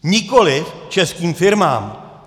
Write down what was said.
Nikoliv českým firmám.